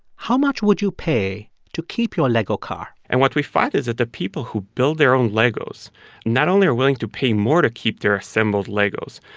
how much would you pay to keep your lego car? and what we find is that the people who build their own legos not only are willing to pay more to keep their assembled legos,